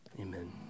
Amen